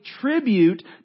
tribute